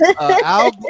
Al